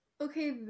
okay